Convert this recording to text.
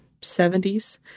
70s